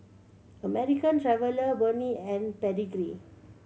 American Traveller Burnie and Pedigree